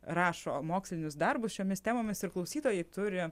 rašo mokslinius darbus šiomis temomis ir klausytojai turi